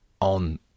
on